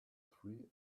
three